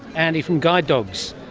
andy from guide dogs.